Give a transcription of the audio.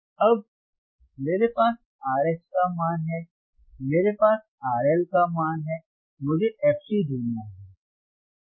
अब मेरे पास RH का मान हैं मेरे पास RL का मान हैं मुझे fC ढूंढना है